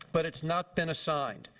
but it's not been assigned.